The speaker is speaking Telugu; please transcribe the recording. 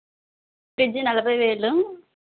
ఫ్రిడ్జ్ నలభై వేలు